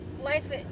life